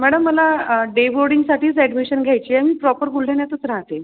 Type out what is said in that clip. madam मला day बोर्डिंगसाठीच admission घ्यायची आहे मी प्रॉपर बुलढाण्यातच राहते